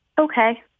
Okay